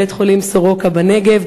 בית-חולים "סורוקה" בנגב,